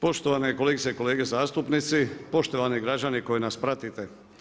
Poštovane kolegice i kolege zastupnici, poštovani građani koji nas pratite.